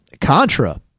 contra